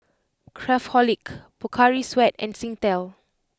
Craftholic Pocari Sweat and Singtel